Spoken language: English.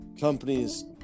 companies